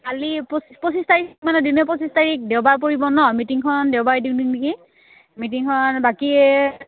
কালি পচি পঁচিছ তাৰিখ মানে দিনে পঁচিছ তাৰিখ দেওবাৰ পৰিব ন মিটিংখন দেওবাৰ মিটিংখন বাকী